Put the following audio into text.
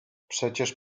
przecież